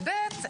ובי"ת,